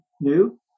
new